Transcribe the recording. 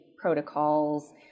protocols